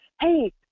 hey